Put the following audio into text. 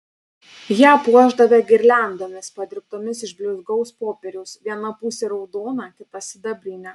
ją puošdavę girliandomis padirbtomis iš blizgaus popieriaus viena pusė raudona kita sidabrinė